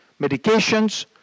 medications